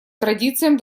традициям